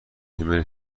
ایمیل